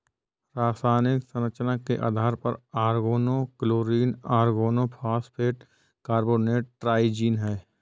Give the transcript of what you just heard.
रासायनिक संरचना के आधार पर ऑर्गेनोक्लोरीन ऑर्गेनोफॉस्फेट कार्बोनेट ट्राइजीन है